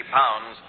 pounds